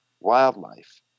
wildlife